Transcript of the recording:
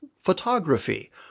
photography